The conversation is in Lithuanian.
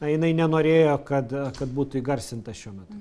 na jinai nenorėjo kad kad būtų įgarsinta šiuo metu